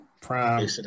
prime